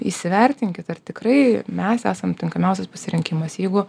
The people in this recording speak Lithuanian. įsivertinkit ar tikrai mes esam tinkamiausias pasirinkimas jeigu